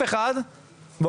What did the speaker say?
ואף אחד לא נוהג כמוך,